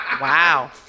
Wow